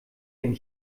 den